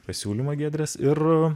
pasiūlymą giedrės ir